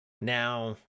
Now